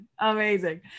amazing